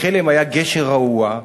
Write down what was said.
בחלם היה גשר רעוע,